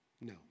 No